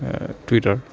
twitter